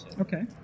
okay